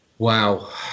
Wow